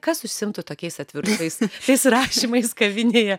kas užsiimtų tokiais atvirukais tais rašymais kavinėje